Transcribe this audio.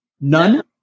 None